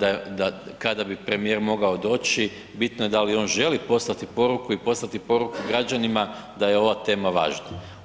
da, da, kada bi premijer mogao doći, bitno je da li on želi poslati poruku i poslati poruku građanima da je ova tema važna.